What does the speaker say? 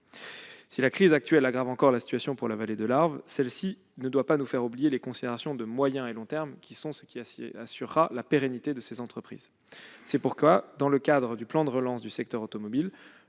Si la crise actuelle aggrave encore la situation de la vallée de l'Arve, elle ne doit pas nous faire oublier les considérations de moyen et long terme, seules susceptibles d'assurer la pérennité de ces entreprises. C'est pourquoi, dans le cadre du plan de relance du secteur automobile,